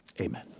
amen